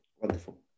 Wonderful